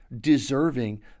deserving